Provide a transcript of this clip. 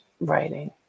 writing